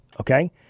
okay